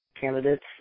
candidates